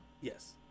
yes